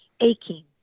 aching